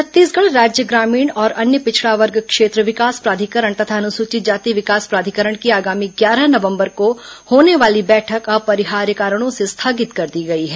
छत्तीसगढ़ राज्य ग्रामीण और अन्य पिछड़ा वर्ग क्षेत्र विकास प्राधिकरण तथा अनुसूचित जाति विकास प्राधिकरण की आगामी ग्यारह नवंबर को होने वाली बैठक अपरिहार्य कारणों से स्थगित कर दी गई है